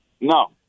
No